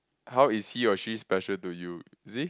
how is he or she special to you you see